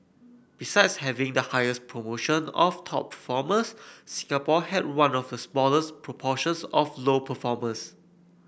besides having the highest proportion of top performers Singapore had one of the smallest proportions of low performers